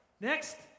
Next